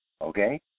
Okay